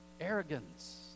arrogance